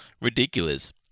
ridiculous